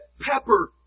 pepper